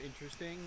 interesting